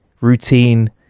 routine